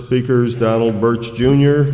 speakers dugald birch junior